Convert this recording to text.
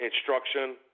instruction